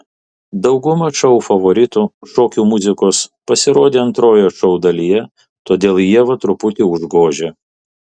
dauguma šou favoritų šokių muzikos pasirodė antrojoje šou dalyje todėl ievą truputį užgožė